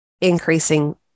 increasing